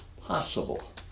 possible